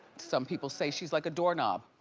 some people say she's like a doorknob.